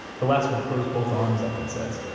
the last one throws both arms up and says,